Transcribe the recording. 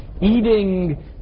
eating